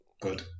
Good